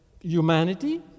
humanity